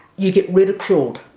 you get ridiculed.